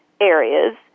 areas